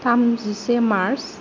थामजिसे मार्च